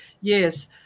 yes